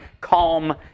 calm